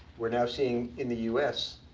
we're now seeing, in the us,